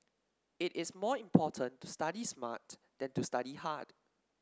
it is more important to study smart than to study hard